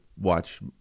watch